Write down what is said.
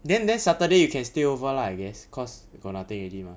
then then saturday you can stay over lah I guess cause got nothing already mah